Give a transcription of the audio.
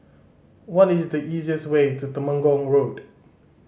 what is the easiest way to Temenggong Road